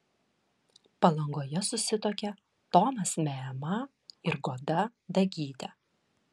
palangoje susituokė tomas meema ir goda dagytė